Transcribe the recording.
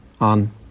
on